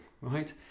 right